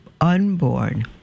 unborn